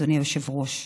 אדוני היושב-ראש.